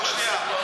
רק שנייה.